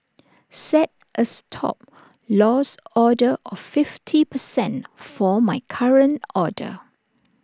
set A Stop Loss order of fifty percent for my current order